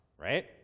right